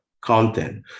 content